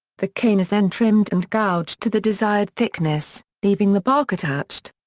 the cane is then trimmed and gouged to the desired thickness, leaving the bark attached.